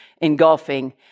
engulfing